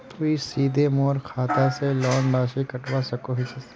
तुई सीधे मोर खाता से लोन राशि कटवा सकोहो हिस?